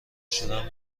شدن